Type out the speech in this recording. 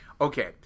Okay